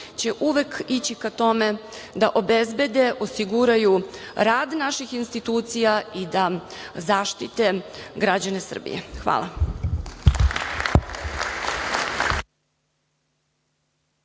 će uvek ići ka tome da obezbede, osiguraju rad naših institucija i da zaštite građane Srbije. Hvala.